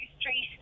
Street